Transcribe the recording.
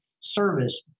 service